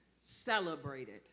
celebrated